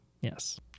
Yes